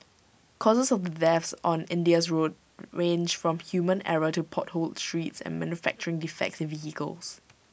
causes of the deaths on India's roads range from human error to potholed streets and manufacturing defects in vehicles